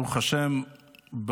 ברוך השם,